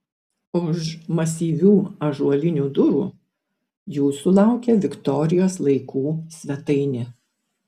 už masyvių ąžuolinių durų jūsų laukia viktorijos laikų svetainė